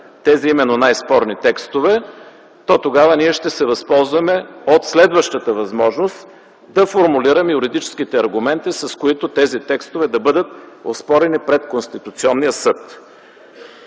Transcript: тези именно най-спорни текстове, то тогава ние ще се възползваме от следващата възможност да формулираме юридическите аргументи, с които тези текстове да бъдат оспорени пред Конституционния съд.